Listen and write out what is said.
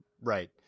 Right